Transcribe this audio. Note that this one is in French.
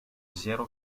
zéro